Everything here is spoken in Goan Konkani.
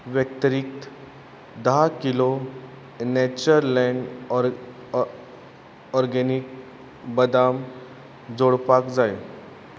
व्यक्तरिक्त धा किलो नॅचर लँड ऑर ऑ ऑर्गेनीक बदाम जोडपाक जाय